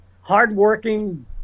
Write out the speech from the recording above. hardworking